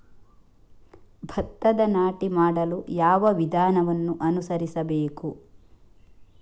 ಭತ್ತದ ನಾಟಿ ಮಾಡಲು ಯಾವ ವಿಧಾನವನ್ನು ಅನುಸರಿಸಬೇಕು?